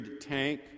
tank